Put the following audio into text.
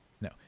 No